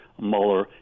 Mueller